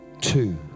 two